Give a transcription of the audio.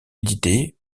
édité